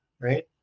right